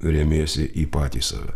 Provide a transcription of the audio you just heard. remiesi į patį save